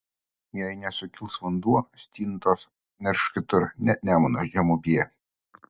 jei nesukils vanduo stintos nerš kitur ne nemuno žemupyje